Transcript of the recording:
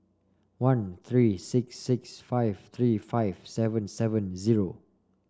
one three six six five three five seven seven zero